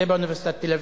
זה באוניברסיטת תל-אביב.